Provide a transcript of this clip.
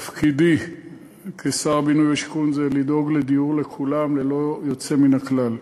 תפקידי כשר בינוי ושיכון זה לדאוג לדיור לכולם ללא יוצא מן הכלל.